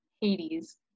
Hades